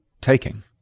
taking